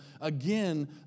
Again